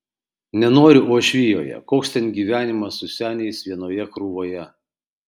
nenoriu uošvijoje koks ten gyvenimas su seniais vienoje krūvoje